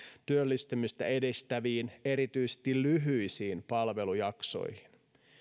työllistämistä edistäviin erityisesti lyhyisiin palvelujaksoihin